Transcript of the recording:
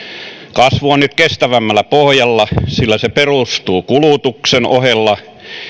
kasvu on nyt kestävämmällä pohjalla sillä se perustuu kulutuksen ohella